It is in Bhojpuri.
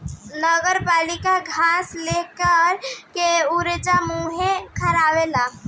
नगरपालिका खास लेखा के कर्जा मुहैया करावेला